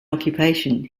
occupation